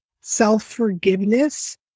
self-forgiveness